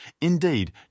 Indeed